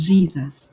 Jesus